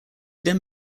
then